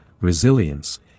resilience